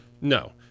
No